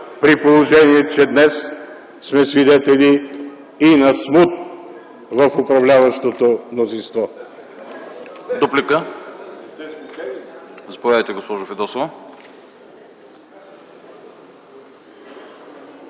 при положение, че днес сме свидетели и на смут в управляващото мнозинство!